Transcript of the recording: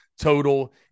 total